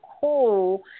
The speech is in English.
cool